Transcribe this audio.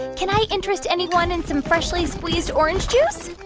can i interest anyone in some freshly squeezed orange juice?